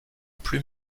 plus